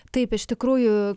taip iš tikrųjų